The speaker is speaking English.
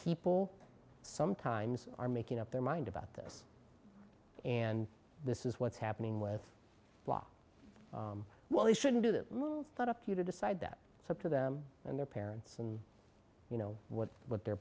people sometimes are making up their mind about this and this is what's happening with la well they shouldn't do that but up to you to decide that it's up to them and their parents and you know what what their